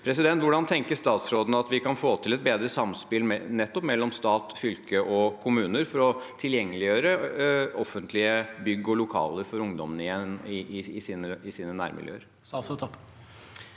Hvordan tenker statsråden at vi kan få til et bedre samspill nettopp mellom stat, fylke og kommuner for å tilgjengeliggjøre offentlige bygg og lokaler for ungdommene i deres nærmiljøer?